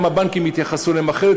גם הבנקים יתייחסו אליו אחרת,